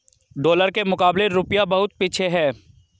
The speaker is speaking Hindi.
डॉलर के मुकाबले रूपया बहुत पीछे है